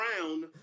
Brown